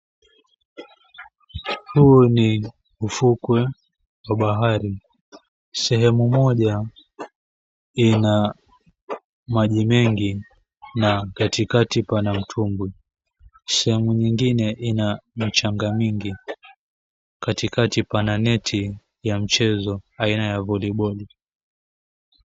Huu ni ufukwe wa bahari. Sehemu moja ina maji mengi na katikati pana mtumbwi. Sehemu nyingine ina michanga mingi, katikati pana neti ya mchezo aina ya voliboli.